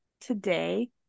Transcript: today